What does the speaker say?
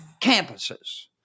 campuses